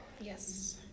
Yes